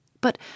But